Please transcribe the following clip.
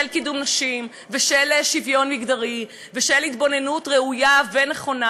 קידום נשים ושל שוויון מגדרי ושל התבוננות ראויה ונכונה,